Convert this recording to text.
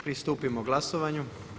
Pristupimo glasovanju.